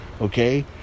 okay